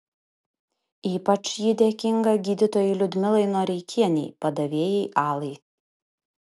ypač ji dėkinga gydytojai liudmilai noreikienei padavėjai alai